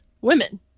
women